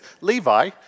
Levi